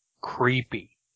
Creepy